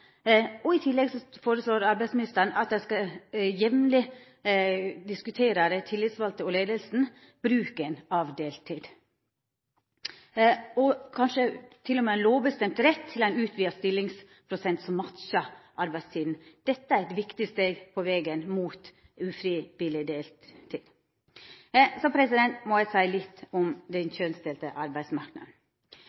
jobbar. I tillegg foreslår arbeidsministeren at dei tillitsvalde og leiinga jamleg skal diskutera bruken av deltid, og at me kanskje til og med skal få ein lovbestemt rett til ein utvida stillingsprosent som matchar arbeidstida. Dette er eit viktig steg på vegen mot ufrivillig deltid. Så må eg seia litt om den